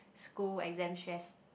school exam stress